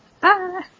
Bye